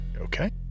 Okay